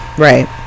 Right